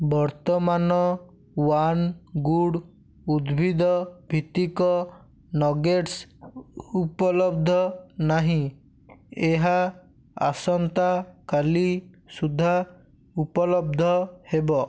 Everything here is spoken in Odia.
ବର୍ତ୍ତମାନ ୱାନ୍ ଗୁଡ଼୍ ଉଦ୍ଭିଦ ଭିତ୍ତିକ ନଗେଟ୍ସ୍ ଉପଲବ୍ଧ ନାହିଁ ଏହା ଆସନ୍ତା କାଲି ସୁଦ୍ଧା ଉପଲବ୍ଧ ହେବ